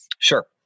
Sure